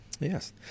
Yes